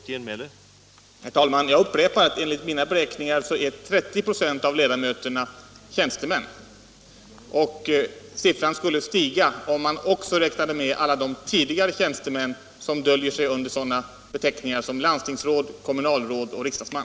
Herr talman! Jag upprepar att enligt mina beräkningar är omkring 30 26 av ledamöterna tjänstemän. Siffran skulle stiga om man också räknade med alla de tidigare tjänstemän som döljer sig under sådana beteckningar som landstingsråd, kommunalråd och riksdagsman.